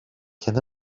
can